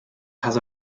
has